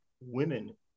women